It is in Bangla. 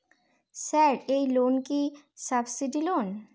স্যার এই লোন কি সাবসিডি লোন?